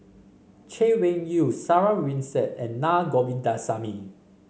Chay Weng Yew Sarah Winstedt and Naa Govindasamy